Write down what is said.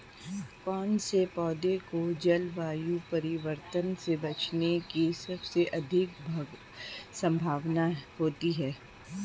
कौन से पौधे को जलवायु परिवर्तन से बचने की सबसे अधिक संभावना होती है?